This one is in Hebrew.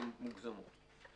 הן מוגזמות.